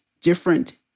different